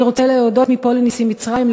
אני רוצה להודות מפה לנשיא מצרים,